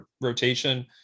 rotation